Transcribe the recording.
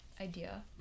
idea